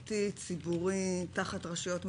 פרטי, ציבורי, תחת רשויות מקומיות,